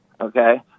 okay